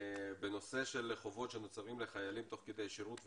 בנושא של חובות שנוצרים לחיילים תוך כדי שירות,